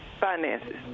Finances